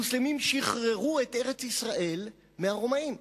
המוסלמים שחררו את ארץ-ישראל מהרומאים.